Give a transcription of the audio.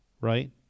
Right